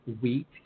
wheat